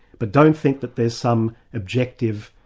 but don't think that there's some objective,